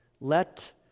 let